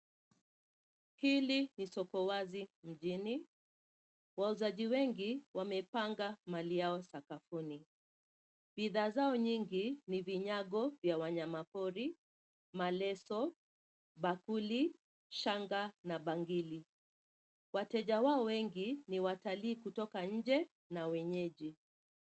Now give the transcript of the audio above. Hili ni soko wazi mjini. Wauzaji wengi wamepanga mali yao sakafuni. Bidhaa zao nyingi ni vinyago vya wanyama pori, maleso, bakuli, shanga na bangili. Wateja wao wengi ni watalii kutoka nje na wenyeji.